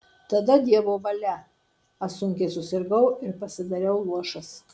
tada dievo valia aš sunkiai susirgau ir pasidariau luošas